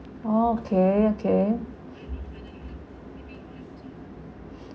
okay okay